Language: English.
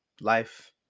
Life